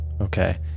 Okay